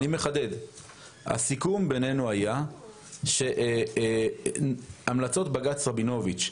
הסיכום בינינו היה שהמלצות בג"ץ רבינוביץ',